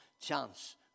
chance